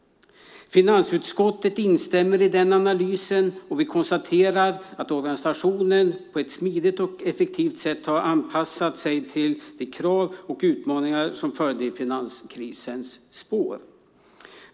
Finansutskottet instämmer i den analysen och konstaterar att organisationen på ett smidigt och effektivt sätt har anpassat sig till de krav och utmaningar som följde i finanskrisens spår.